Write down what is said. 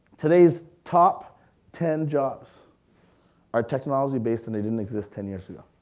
today's top ten jobs are technology based and they didn't exist ten years ago.